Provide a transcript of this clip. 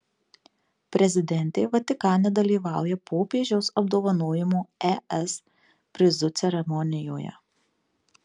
prezidentė vatikane dalyvauja popiežiaus apdovanojimo es prizu ceremonijoje